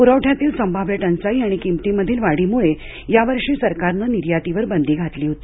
प्रवठ्यातील संभाव्य टंचाई आणि किमतीमधील वाढीमुळे यावर्षी सरकारनं निर्यातीवर बंदी घातली होती